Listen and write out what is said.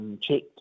Checked